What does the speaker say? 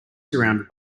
surrounded